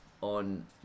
on